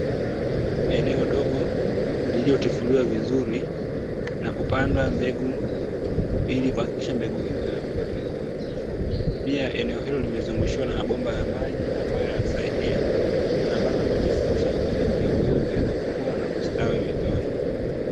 Eneo dogo lililotifuliwa vizuri na kupandwa mbegu ili kuhakikisha mbegu hizo zinakuwa vizuri. Pia eneo hilo limezungushiwa na mabomba ya maji ambayo yanasaidia, kusambaza maji ya kutosha ili mbegu hizo ziweze kukua na kustawi vizuri.